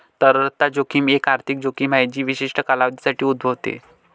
तरलता जोखीम एक आर्थिक जोखीम आहे जी विशिष्ट कालावधीसाठी उद्भवते